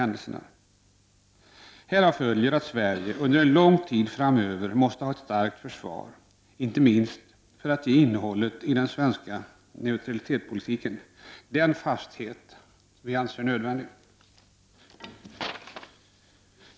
Härav följer att Sverige under lång tid framöver måste ha ett starkt försvar, inte minst för att ge innehåll åt den svenska neutralitetspolitiken och den fasthet som vi anser nödvändig.